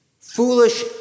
foolish